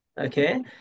okay